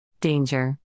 Danger